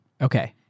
Okay